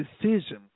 decision